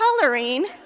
coloring